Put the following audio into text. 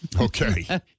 Okay